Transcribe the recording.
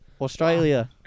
Australia